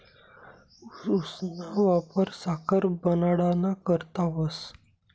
ऊसना वापर साखर बनाडाना करता व्हस